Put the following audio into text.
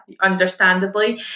understandably